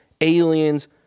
aliens